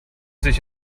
sich